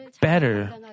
better